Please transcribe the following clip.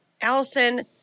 Allison